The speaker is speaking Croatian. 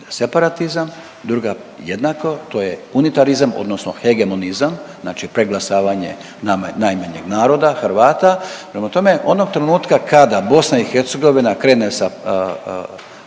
separatizam, druga jednako, to je unitarizam odnosno hegemonizam, znači preglasavanje najmanjeg naroda Hrvata. Prema tome, onog trenutka kada BiH krene sa